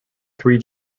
three